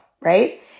right